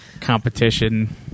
competition